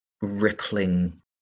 rippling